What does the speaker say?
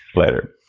later.